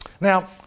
Now